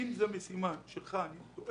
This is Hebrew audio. הקולות קוראים